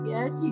Yes